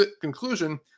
conclusion